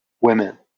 women